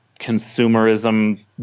consumerism